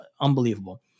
unbelievable